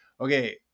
okay